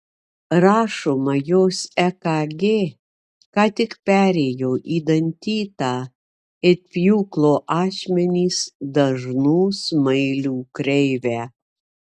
rašoma jos ekg ką tik perėjo į dantytą it pjūklo ašmenys dažnų smailių kreivę